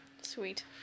sweet